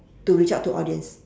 to reach out to audience